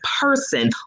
person